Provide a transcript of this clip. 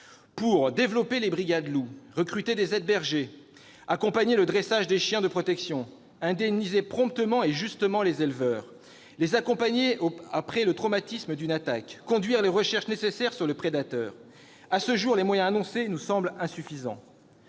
pour développer les brigades loup, recruter des aides-bergers, accompagner le dressage des chiens de protection, indemniser promptement et justement les éleveurs, les accompagner après le traumatisme d'une attaque et conduire les recherches nécessaires sur le prédateur. À ce jour, les moyens annoncés nous semblent insuffisants.